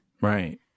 Right